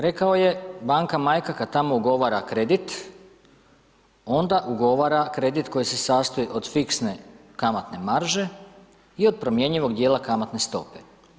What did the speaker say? Rekao je banka majka kad tamo ugovara kredit, onda ugovara kredit koji se sastoji od fiksne kamatne marže i od promjenjivog dijela kamatne stope.